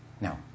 Now